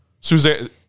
Suzanne